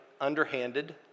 underhanded